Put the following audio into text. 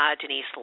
Denise